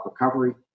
recovery